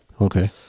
Okay